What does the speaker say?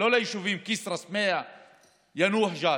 כסרא-סמיע ויאנוח-ג'ת.